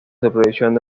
supervisión